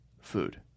food